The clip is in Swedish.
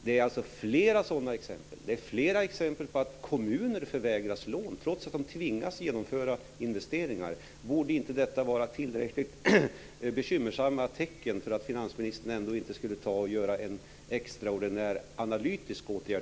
Det finns flera exempel på att kommuner förvägras lån trots att de tvingas genomföra investeringar. Borde inte detta vara tillräckligt bekymmersamma tecken för att finansministern ska vidta åtminstone en extraordinär analytisk åtgärd?